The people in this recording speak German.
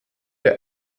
der